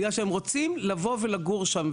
בגלל שהם רוצים לבוא ולגור שם.